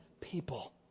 people